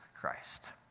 Christ